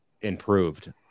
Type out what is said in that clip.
improved